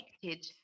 connected